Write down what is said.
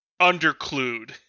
underclued